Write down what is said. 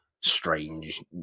strange